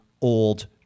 old